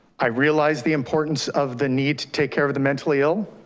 i realize the importance of the need to take care of the mentally ill.